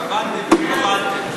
התכוונתם, התכוונתם.